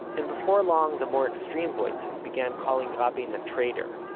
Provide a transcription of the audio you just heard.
and before long the more extreme voices began calling rabin a traitor,